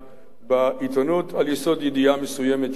בעיתונות על יסוד ידיעה מסוימת שהופצה.